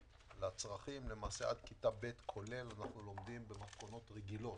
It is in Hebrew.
לצרכים עד כיתה ב' כולל לומדים במתכונות רגילות